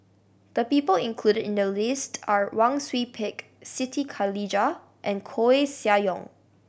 the people included in the list are Wang Sui Pick Siti Khalijah and Koeh Sia Yong